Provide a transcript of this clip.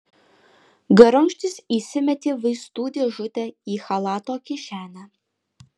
garunkštis įsimetė vaistų dėžutę į chalato kišenę